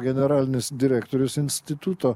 generalinis direktorius instituto